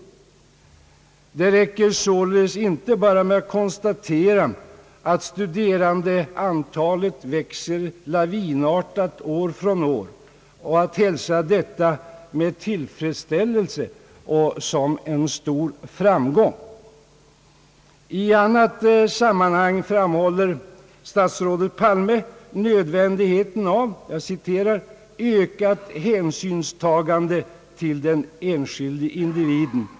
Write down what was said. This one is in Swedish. Det räcker således inte med att konstatera, att antalet studerande växer lavinartat år från år och att hälsa detta med tillfredsställelse och som en stor framgång. I annat sammanhang framhåller statsrådet Palme nödvändigheten av »ökat hänsynstagande till den enskilde individen».